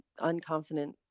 unconfident